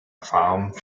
erfahrung